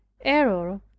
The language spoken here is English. error